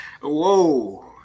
Whoa